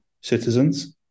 citizens